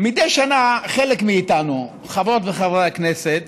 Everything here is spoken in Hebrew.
מדי שנה חלק מאיתנו, חברות וחברי הכנסת,